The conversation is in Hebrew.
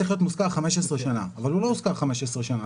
להיות מושכר 15 שנים אבל הוא לא הושכר ל-15 שנים,